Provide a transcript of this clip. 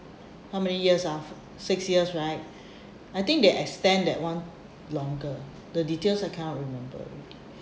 how many years ah six years right I think they extend that one longer the details I can't remember